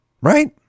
Right